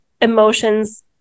emotions